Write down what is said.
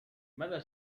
ماذا